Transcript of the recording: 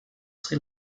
sri